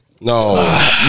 No